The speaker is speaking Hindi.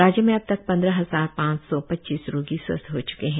राज्य में अब तक पंद्रह हजार पांच सौ पच्चीस रोगी स्वस्थ हो च्के हैं